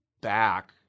back